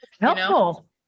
Helpful